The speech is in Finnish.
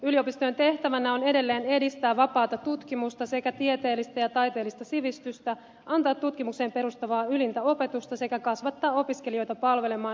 yliopistojen tehtävänä on edelleen edistää vapaata tutkimusta sekä tieteellistä ja taiteellista sivistystä antaa tutkimukseen perustavaa ylintä opetusta sekä kasvattaa opiskelijoita palvelemaan isänmaata ja ihmiskuntaa